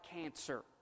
cancer